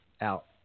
out